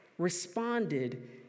responded